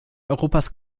europas